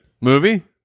Movie